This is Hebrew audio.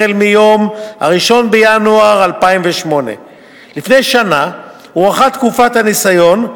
החל מיום 1 בינואר 2008. לפני שנה הוארכה תקופת הניסיון,